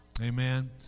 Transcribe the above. Amen